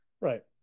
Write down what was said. Right